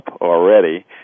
already